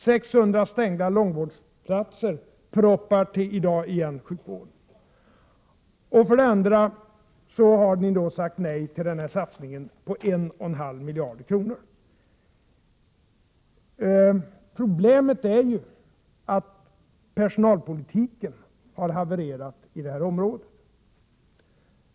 600 stängda långvårdsplatser proppar i dag igen sjukvården. För det andra har ni sagt nej till satsningen på 1,5 miljarder kronor. Problemet är ju att personalpolitiken har havererat i det här området.